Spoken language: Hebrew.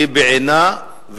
והיא בעינה,